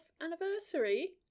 anniversary